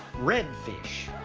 red fish.